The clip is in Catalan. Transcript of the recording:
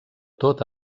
tot